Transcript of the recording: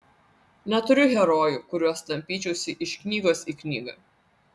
neturiu herojų kuriuos tampyčiausi iš knygos į knygą